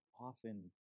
often